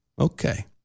Okay